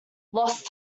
lost